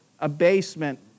abasement